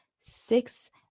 six